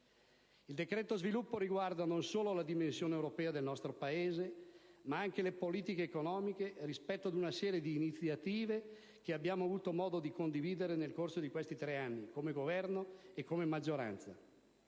Il decreto sviluppo riguarda non solo la dimensione europea del nostro Paese, ma anche le politiche economiche rispetto ad una serie di iniziative che abbiamo avuto modo di condividere nel corso di questi tre anni come Governo e come maggioranza.